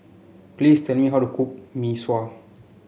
please tell me how to cook Mee Sua